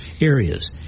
areas